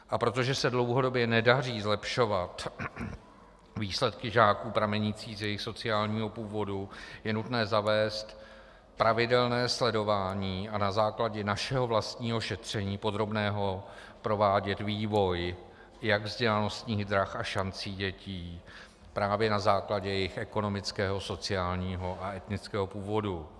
A protože se dlouhodobě nedaří zlepšovat výsledky žáků pramenící z jejich sociálního původu, je nutné zavést pravidelné sledování a na základě našeho vlastního podrobného šetření provádět vývoj jak vzdělanostních drah a šancí dětí právě na základě jejich ekonomického, sociálního a etnického původu.